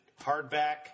hardback